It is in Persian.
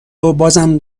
وبازم